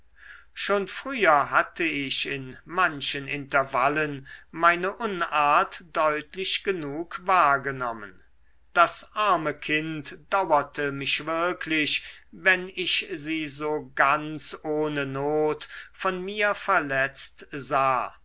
schon früher hatte ich in manchen intervallen meine unart deutlich genug wahrgenommen das arme kind dauerte mich wirklich wenn ich sie so ganz ohne not von mir verletzt sah